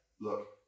Look